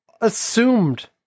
assumed